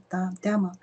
tą temą